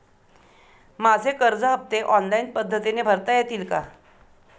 माझे कर्ज हफ्ते ऑनलाईन पद्धतीने भरता येतील का?